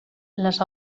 les